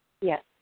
Yes